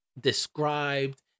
described